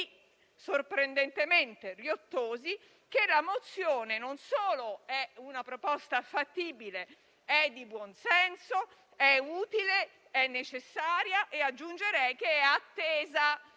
sorprendentemente riottosi - che la suddetta mozione non solo è una proposta fattibile, di buon senso, utile e necessaria, ma aggiungerei che è attesa